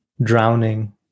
drowning